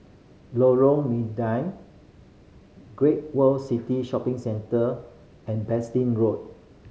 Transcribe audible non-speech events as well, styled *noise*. Lorong *unintelligible* Great World City Shopping Centre and *unintelligible* Road